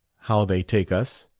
how they take us?